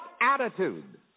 attitude